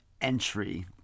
entry